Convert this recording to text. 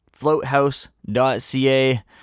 Floathouse.ca